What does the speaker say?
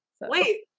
Wait